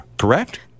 correct